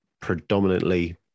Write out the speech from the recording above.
predominantly